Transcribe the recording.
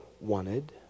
wanted